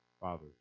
Father